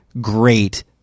great